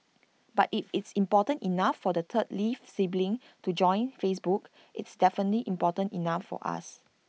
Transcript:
but if it's important enough for the third lee sibling to join Facebook it's definitely important enough for us